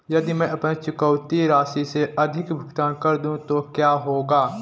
यदि मैं अपनी चुकौती राशि से अधिक भुगतान कर दूं तो क्या होगा?